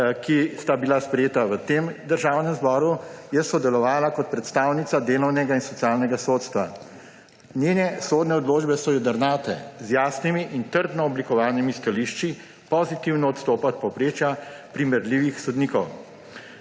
ki sta bila sprejeta v tem državnem zboru, je sodelovala kot predstavnica delovnega in socialnega sodstva. Njene sodne odločbe so jedrnate, z jasnimi in trdno oblikovanimi stališči, pozitivno odstopa od povprečja primerljivih sodnikov.